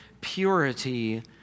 purity